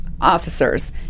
officers